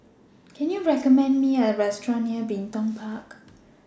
Can YOU recommend Me A Restaurant near Bin Tong Park